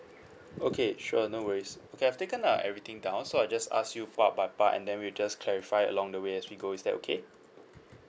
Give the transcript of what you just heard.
okay sure no worries okay I've taken uh everything down so I just ask you part by part and then we just clarify along the way as we go is that okay